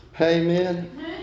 Amen